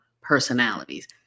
personalities